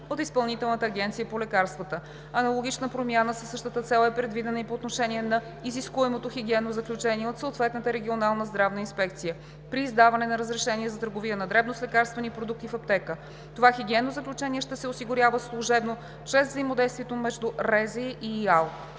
от Изпълнителната агенция по лекарствата. Аналогична промяна със същата цел е предвидена и по отношение на изискуемото хигиенно заключение от съответната регионална здравна инспекция при издаване на разрешение за търговия на дребно с лекарствени продукти в аптека. Това хигиенно заключение ще се осигурява служебно чрез взаимодействие между РЗИ и ИАЛ.